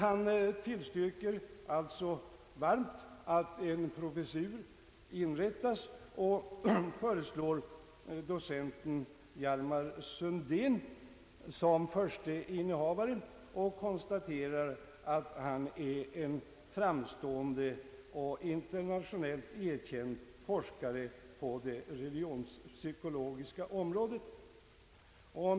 Han tillstyrker alltså varmt att en professur inrättas och föreslår docenten Hjalmar Sundén såsom förste innehavare samt konstaterar att denne är en framstående och internationellt erkänd forskare på det religionspsykologiska området. '